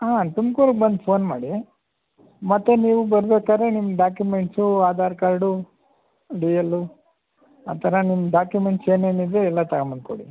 ಹಾಂ ತುಮಕೂರಿಗೆ ಬಂದು ಫೋನ್ ಮಾಡಿ ಮತ್ತು ನೀವು ಬರ್ಬೇಕಾದ್ರೆ ನಿಮ್ಮ documents Aadhaar card D L ಆ ಥರ ನಿಮ್ಮ ಡಾಕ್ಯುಮೆಂಟ್ಸ್ ಏನೇನಿದೆ ಎಲ್ಲ ತಗೊಂಬಂದು ಕೊಡಿ